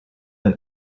than